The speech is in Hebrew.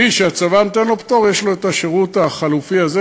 מי שהצבא נותן לו פטור יש לו השירות החלופי הזה,